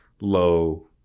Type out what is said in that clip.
low